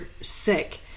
sick